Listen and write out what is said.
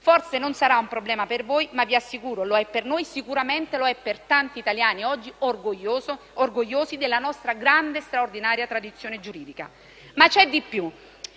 Forse non sarà un problema per voi, ma vi assicuro che lo è per noi e sicuramente lo è per tanti italiani, oggi orgogliosi della nostra grande e straordinaria tradizione giuridica. C'è di più,